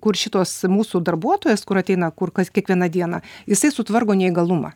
kur šitos mūsų darbuotojas kur ateina kur kas kiekvieną dieną jisai sutvarko neįgalumą